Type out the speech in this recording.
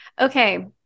Okay